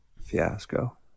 fiasco